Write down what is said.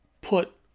put